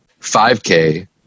5K